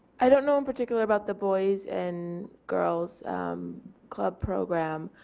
i don't know in particular about the boys and girls club program.